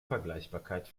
vergleichbarkeit